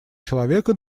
человека